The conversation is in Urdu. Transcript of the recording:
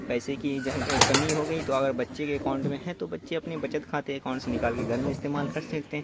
پیسے کی کمی ہو گئی تو اگر بچے کے اکاؤنٹ میں ہیں تو بچے اپنے بچت کھاتے اکاؤنٹ سے نکال کے گھر میں استعمال کر سکتے